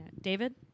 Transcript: David